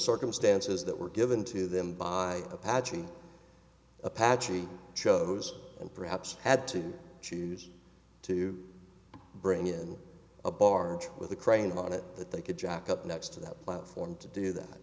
circumstances that were given to them by apache apache chose and perhaps had to choose to bring in a barge with a crane on it that they could jack up next to that platform to do that